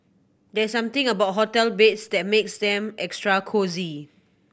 there's something about hotel beds that makes them extra cosy